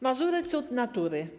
Mazury - cud natury.